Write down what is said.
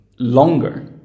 Longer